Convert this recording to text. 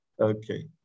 Okay